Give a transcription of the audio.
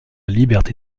liberté